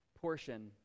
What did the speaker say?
portion